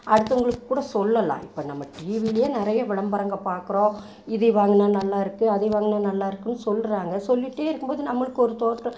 அடுத்தவங்களுக்கு கூட சொல்லலாம் இப்போ நம்ம டிவியிலே நிறைய விளம்பரங்க பார்க்குறோம் இது வாங்குன்னா நல்லாருக்குது அதை வாங்குன்னா நல்லாருக்குதுன்னு சொல்கிறாங்க சொல்லிகிட்டே இருக்கும்போது நமக்கு ஒரு தோட்டம்